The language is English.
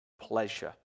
pleasure